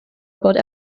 about